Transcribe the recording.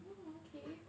oh okay